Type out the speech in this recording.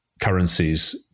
currencies